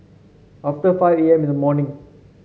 after five A M in the morning